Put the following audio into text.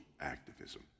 activism